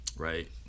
Right